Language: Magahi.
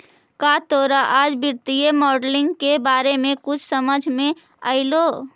का तोरा आज वित्तीय मॉडलिंग के बारे में कुछ समझ मे अयलो?